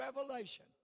revelation